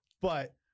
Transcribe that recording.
But-